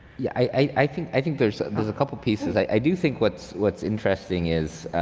yeah, i think i think there's there's a couple of pieces. i do think what's what's interesting is